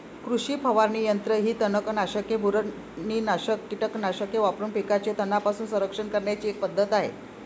कृषी फवारणी यंत्र ही तणनाशके, बुरशीनाशक कीटकनाशके वापरून पिकांचे तणांपासून संरक्षण करण्याची एक पद्धत आहे